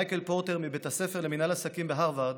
מייקל פורטר מבית הספר למינהל עסקים בהרווארד,